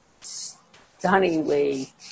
stunningly